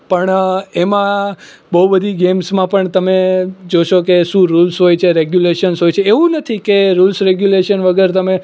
પણ એમાં બહુ બધી ગેમ્સમાં પણ તમે જોશો કે શું રૂલ્સ હોય છે રેગ્યુલેશન્સ હોય છે એવું નથી કે રૂલ્સ રેગ્યુલેશન વગર તમે